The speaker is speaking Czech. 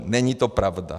Není to pravda.